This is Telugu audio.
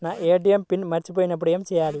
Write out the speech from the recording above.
నా ఏ.టీ.ఎం పిన్ మర్చిపోయినప్పుడు ఏమి చేయాలి?